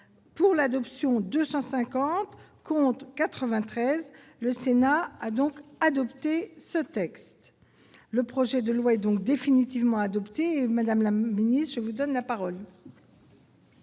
pour l'adoption 250 comptes 93, le Sénat a donc adopté ce texte le projet de loi est donc définitivement adopté, madame la ministre vous donne la parole.